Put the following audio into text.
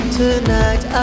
tonight